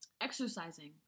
exercising